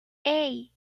hey